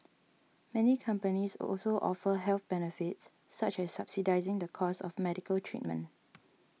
many companies also offer health benefits such as subsidising the cost of medical treatment